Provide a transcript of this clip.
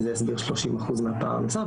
שזה הסביר 30% מהפער הנוסף,